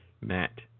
Matt